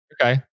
Okay